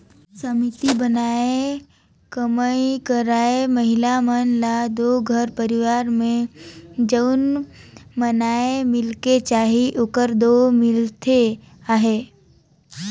समिति बनाके कमई करइया महिला मन ल दो घर परिवार में जउन माएन मिलेक चाही ओहर दो मिलते अहे